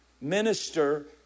minister